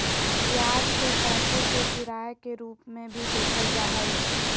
ब्याज के पैसे के किराए के रूप में भी देखल जा हइ